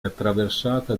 attraversata